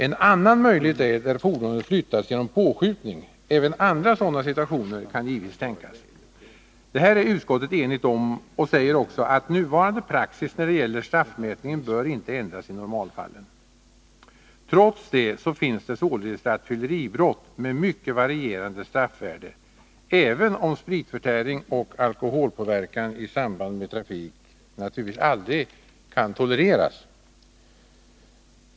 En annan möjlighet är sänkning av straffet när fordonet flyttats genom påskjutning. Även andra sådana situationer kan givetvis tänkas. Det här är utskottet enigt om och säger också att nuvarande praxis när det gäller straffmätningen inte bör ändras i normalfallen. Trots detta finns det således rattfylleribrott med mycket varierande straffvärde — även om spritförtäring eller alkoholpåverkan i samband med trafik naturligtvis aldrig kan tolereras.